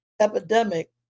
epidemic